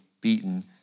beaten